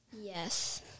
Yes